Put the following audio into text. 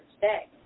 today